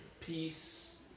Peace